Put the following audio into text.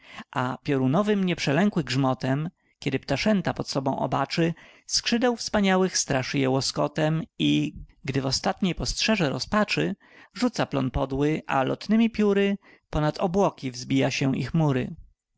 a piorunowym nie przelękły grzmotem kiedy ptaszęta pod sobą obaczy skrzydeł wspaniałych straszy je łoskotem i gdy w ostatniej dostrzeże rozpaczy rzuca plon podły a lotnemi pióry ponad obłoki wzbija się i chmury